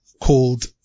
Called